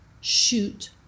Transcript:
shoot